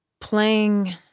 playing